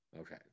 Okay